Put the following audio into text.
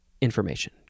information